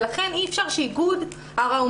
לכן אי אפשר שאיגוד הראומטולוגים,